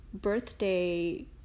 birthday